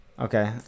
Okay